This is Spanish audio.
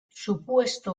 supuesto